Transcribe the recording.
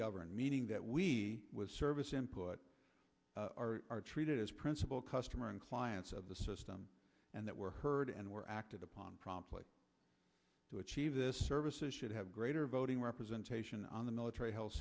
governed meaning that we with service input are treated as principle customer and clients of the system and that were heard and were acted upon promptly to achieve this services should have greater voting representation on the military health